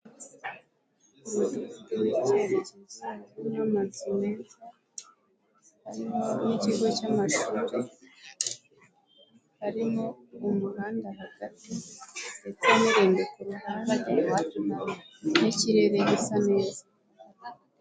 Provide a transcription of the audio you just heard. Umudugudu w'icyerekezo n'amazu meza harimo n'ikigo cy'amashuri harimo umuhanda hagati ndetse n'irimbi ku ruhande, n'ikirere gisa neza.